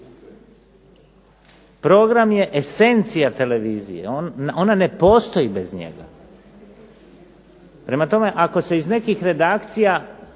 Program je esencija televizije. Ona ne postoji bez njega. Prema tome ako se iz nekih redakcija